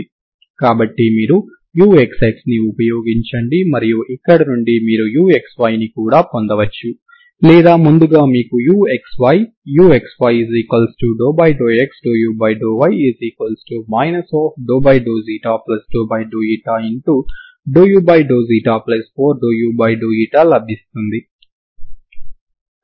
కాబట్టి మీరు uxxని ఉపయోగించండి మరియు ఇక్కడ నుండి మీరు uyyని కూడా పొందవచ్చు లేదా ముందుగా మీకు uxy uxy∂x∂u∂y ∂u4∂u లభిస్తుంది